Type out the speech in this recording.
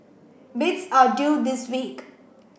bids are due this week